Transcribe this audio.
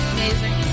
Amazing